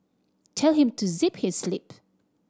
tell him to zip his lip